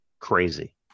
crazy